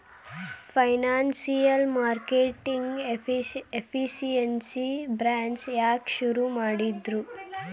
Financial marketing efficiency branch ಯಾಕ್ ಶುರು ಮಾಡಿದ್ರು?